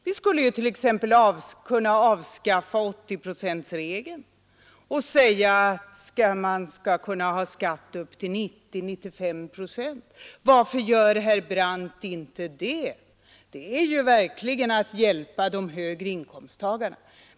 Vi skulle t.ex. kunna avskaffa 80-procentsregeln och höja taket till 90 eller 95 procent av inkomsten. Varför gör inte herr Brandt det? Det är ju verkligen att hjälpa de högre inkomsttagarna.